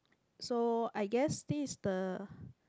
so I guess this is the